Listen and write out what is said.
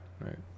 Right